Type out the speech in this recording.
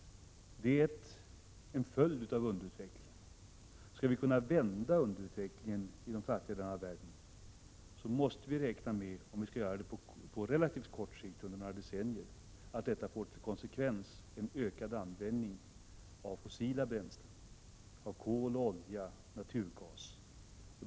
Det är en följd av underutvecklingen. Skall vi på relativt kort sikt — under några decennier — kunna vända underutvecklingen i den fattiga delen av världen måste vi räkna med att detta får till konsekvens en ökad användning av fossila bränslen, av kol, olja och naturgas.